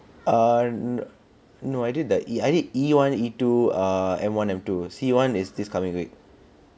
err no I did the E I did E one E two err M one M two C one is this coming week